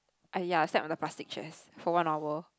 ah ya I slept on the plastic chairs for one hour